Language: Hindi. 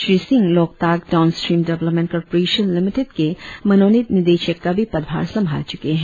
Shri Singh Loktak downstream development corporation limited के मनोनीत निदेशक का भी पदभार संभाल चुके है